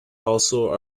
also